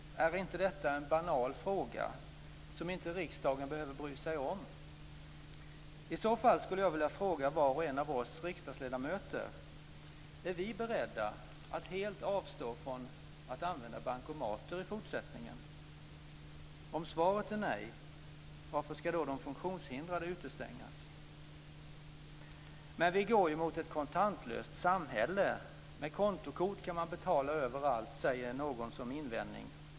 Är inte detta en banal fråga som inte riksdagen behöver bry sig om? I så fall skulle jag vilja fråga var och en av oss riksdagsledamöter: Är vi beredda att helt avstå från att använda bankomater i fortsättningen? Om svaret är nej, varför ska då de funktionshindrade utestängas? Men vi går mot ett kontantlöst samhälle; med kontokort kan man betala överallt, säger någon som invändning.